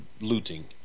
looting